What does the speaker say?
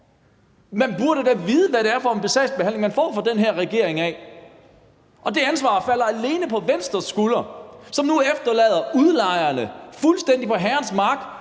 Man burde da vide, hvad det er for en sagsbehandling, man får fra den her regerings side. Det ansvar hviler alene på Venstres skuldre, og det efterlader nu udlejerne fuldstændig på herrens mark